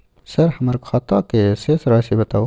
Sir हमर खाता के शेस राशि बताउ?